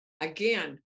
Again